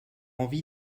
envie